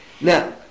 Now